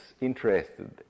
interested